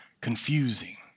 confusing